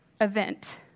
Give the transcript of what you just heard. event